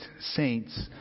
saints